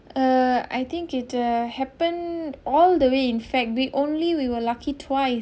uh I think it uh happened all the way in fact we only we were lucky twice